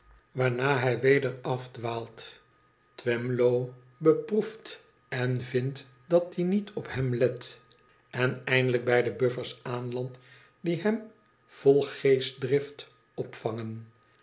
waarna hij weder afdwaalt twemlow beproeft en vindt dat die niet op hem let en eindelijk bij de buffers aanlandt die hem vol geestdrift opvangen